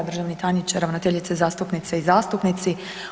Državni tajniče, ravnateljice, zastupnice i zastupnici.